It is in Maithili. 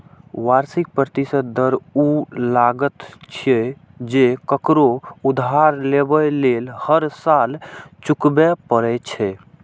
वार्षिक प्रतिशत दर ऊ लागत छियै, जे ककरो उधार लेबय लेल हर साल चुकबै पड़ै छै